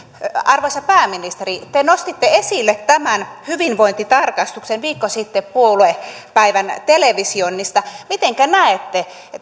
arvoisa pääministeri te nostitte esille tämän hyvinvointitarkastuksen viikko sitten puoluepäivän televisioinnissa mitenkä näette